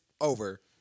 over